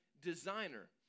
designer